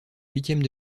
huitièmes